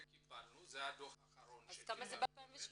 קיבלנו את הדו"ח האחרון מיולי 2017 --- כמה זה ב-2017?